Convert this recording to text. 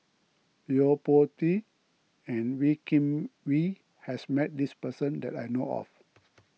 Yo Po Tee and Wee Kim Wee has met this person that I know of